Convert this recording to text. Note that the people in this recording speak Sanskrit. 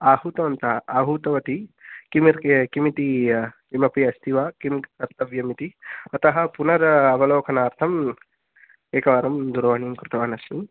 आहूतवन्तः आहूतवती किम् किमिति किमपि अस्ति वा किं कर्तव्यम् इति अतः पुनर् अवलोकनार्थम् एकवारं दूरवाणीं कृतवानस्मि